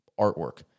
artwork